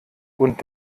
und